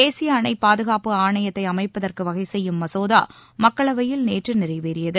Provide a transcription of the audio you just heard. தேசிய அணை பாதுகாப்பு ஆணையத்தை அமைப்பதற்கு வகை செய்யும் மசோதா மக்களவையில் நேற்று நிறைவேறியது